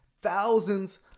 thousands